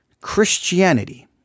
Christianity